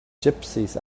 gypsies